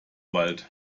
wald